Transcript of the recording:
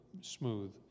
smooth